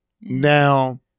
now